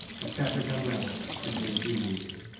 the fabric unravels as quickly as we weave it.